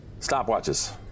Stopwatches